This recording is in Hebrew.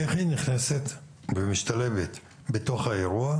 איך היא משתלבת בתוך האירוע?